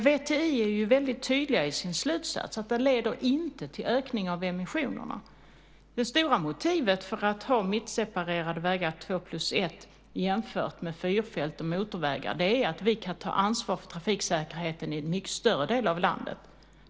VTI är väldigt tydligt i sin slutsats, nämligen att det inte leder till en ökning av emissionerna. Det stora motivet för att ha mittseparerade vägar, "2 + 1", jämfört med fyrfält och motorvägar är att vi då kan ta ansvar för trafiksäkerheten i en mycket större del av landet.